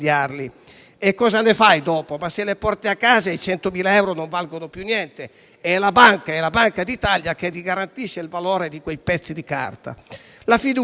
cosa farne dopo. Se li porta a casa, i 100.000 euro non valgono più niente: è la Banca d'Italia che garantisce il valore di quei pezzi di carta. Per quel